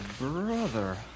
brother